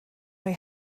roi